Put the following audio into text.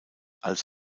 als